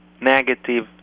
negative